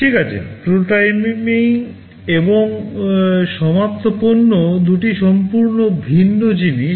ঠিক আছে প্রোটোটাইপিং এবং সমাপ্ত পণ্য দুটি সম্পূর্ণ ভিন্ন জিনিস